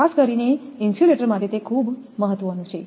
ખાસ કરીને ઇન્સ્યુલેટર માટે તે ખૂબ મહત્વનું છે